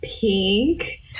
pink